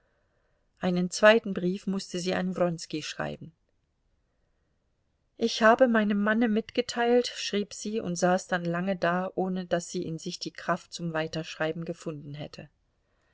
einen zweiten brief mußte sie an wronski schreiben ich habe meinem manne mitgeteilt schrieb sie und saß dann lange da ohne daß sie in sich die kraft zum weiterschreiben gefunden hätte